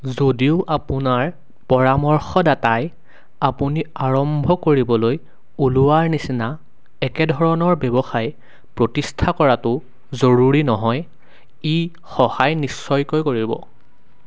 যদিও আপোনাৰ পৰামৰ্শদাতাই আপুনি আৰম্ভ কৰিবলৈ ওলোৱাৰ নিচিনা একে ধৰণৰ ব্যৱসায় প্ৰতিষ্ঠা কৰাটো জৰুৰী নহয় ই সহায় নিশ্চয়কৈ কৰিব